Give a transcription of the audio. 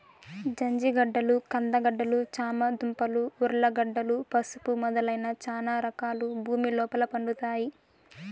జంజిగడ్డలు, కంద గడ్డలు, చామ దుంపలు, ఉర్లగడ్డలు, పసుపు మొదలైన చానా రకాలు భూమి లోపల పండుతాయి